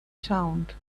sound